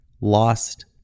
lost